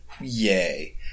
Yay